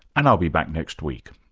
and i'll be back next week